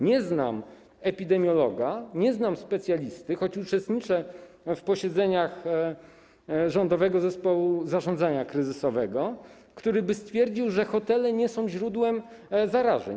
Nie znam epidemiologa, nie znam specjalisty, choć uczestniczę w posiedzeniach Rządowego Zespołu Zarządzania Kryzysowego, który by stwierdził, że hotele nie są źródłem zarażeń.